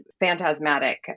phantasmatic